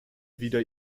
wieder